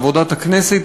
בעבודת הכנסת,